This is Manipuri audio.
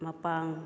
ꯃꯄꯥꯡ